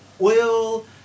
oil